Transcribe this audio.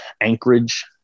anchorage